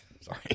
Sorry